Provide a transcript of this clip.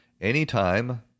anytime